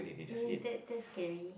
eh that that's scary